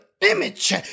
image